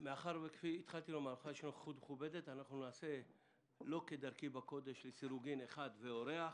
בגלל הנוכחות המכובדת נעשה לא כדרכי בקודש אחד ואורח,